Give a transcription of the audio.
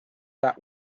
that